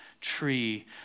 tree